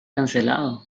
cancelado